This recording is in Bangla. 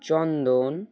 চন্দন